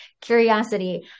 curiosity